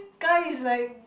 guys like